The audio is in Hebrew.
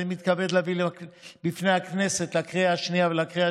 אני מתכבד להביא בפני הכנסת לקריאה השנייה ולקריאה